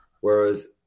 Whereas